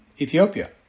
Ethiopia